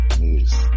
news